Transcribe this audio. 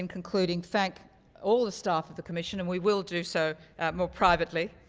and concluding, thank all the staff at the commission. and we will do so more privately,